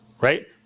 Right